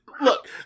look